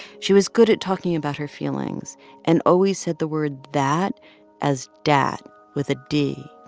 she was good at talking about her feelings and always said the word that as dat with a d.